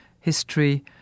history